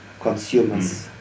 consumers